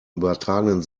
übertragenen